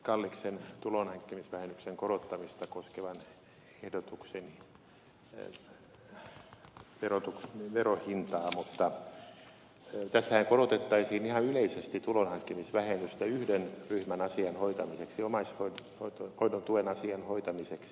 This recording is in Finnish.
kalliksen tulonhankkimisvähennyksen korottamista koskevan ehdotuksen verohintaa mutta tässähän korotettaisiin ihan yleisesti tulonhankkimisvähennystä yhden ryhmän asian hoitamiseksi omaishoidon tuen asian hoitamiseksi